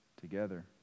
together